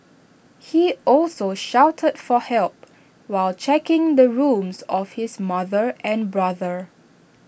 he also shouted for help while checking the rooms of his mother and brother